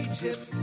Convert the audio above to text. Egypt